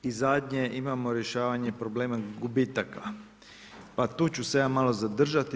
I zadnje imamo rješavanje problema gubitaka, pa tu ću se ja malo zadržati.